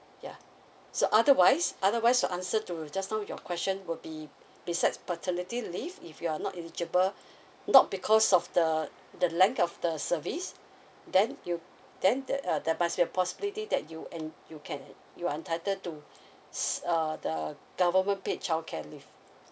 ya so otherwise otherwise to answer to just now your question will be besides paternity leave if you're not eligible not because of the the length of the service then you then there uh there must be a possibility that you en~ you can you are entitled to s~ err the government paid childcare leave